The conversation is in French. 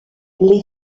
les